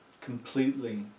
completely